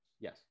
Yes